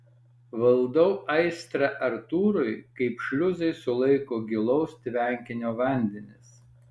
valdau aistrą artūrui kaip šliuzai sulaiko gilaus tvenkinio vandenis